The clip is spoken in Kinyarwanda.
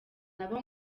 nabo